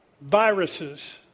viruses